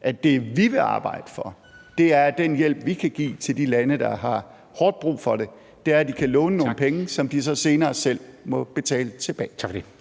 at det, vi vil arbejde for, er, at den hjælp, vi kan give til de lande, der har hårdt brug for det, er, at de kan låne nogle penge, som de så senere selv må betale tilbage.